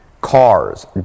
Cars